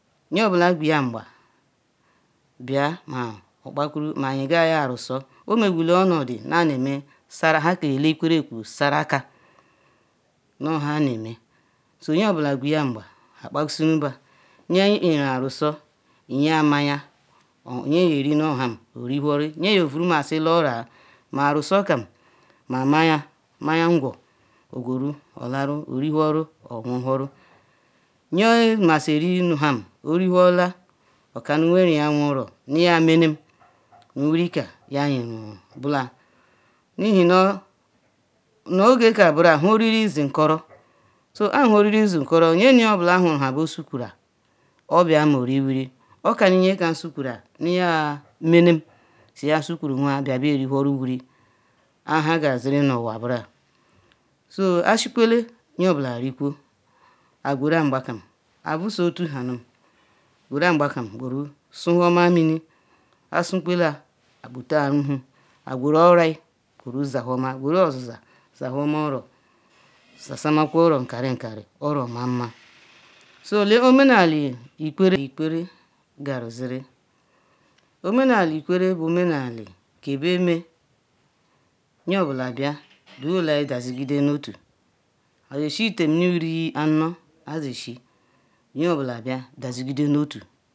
nyeobula gweya ngban bia ma okpakwuru ma ayekaya Arusu omegwu nu onodi nu aneme saraka nha ka ele-Ikwerre kwu saraka nubu nha eneme so nyeobula qweya ngban akpakwu sunuma, nye Iyeru Arusu Iyea mayia, nye yeri nuham oriwhuru nye yeovurumasi laoroaa ma Arusu kam ma mayia, mayia-ngwo ogweru olaru orwhuru ogwuhurunye yemasi orinuham oriwhurula okanu yeriya nwero nu yaa yaa menem nu wurikam ayeru Ihenu ogekam nbiran, nhaoriri zi nkoro so kpa nha-oriri ndi nkoro nyenuyeobula nhuru-habesukura obia mooriwuru, okanu nyekam nsukura nuya mene siya sukuru nwaa bia berihuruwuri ha Ihegaruziri nu onwa nbran so Ashikwole nyeobula gweru ngbakam avuso otuhanu gweru agbakam gweru suhumamini Asukwela kpute ruhu agweru oroyivgweru zahumagweru ozaza zahuoma oro zazanmekwo oro nkarinkari oro manma so lekpo omena-eli Ikwerre garu ziri omenaeli Ikwerre bu omenaeli kebeme nyeobula bia diwholeyi duzigide nuotu, Ayashi Iteen miniwuri Ano ayashi nyeobula bia dazigide nuotu,